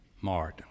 marred